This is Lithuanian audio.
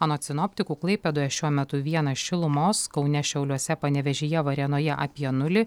anot sinoptikų klaipėdoje šiuo metu vienas šilumos kaune šiauliuose panevėžyje varėnoje apie nulį